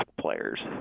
players